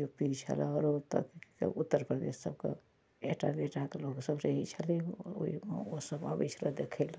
U P के छलए आओर उत्तर प्रदेश सबके एहिठामक लोकसब अबै छलैहे ओसब आबै छलए दखै लए